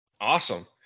Awesome